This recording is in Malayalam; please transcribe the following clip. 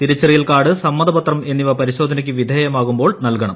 തിരിച്ചറിയൽ കാർഡ് സമ്മതപത്രം എന്നിവ പരിശോധനയ്ക്ക് വിധേയമാകുമ്പോൾ നൽകണം